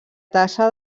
tassa